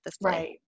Right